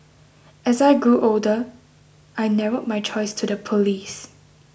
as I grew older I narrowed my choice to the police